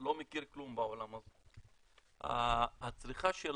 לא מכיר כלום בעולם הזה, הצריכה של